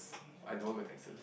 I don't want go Texas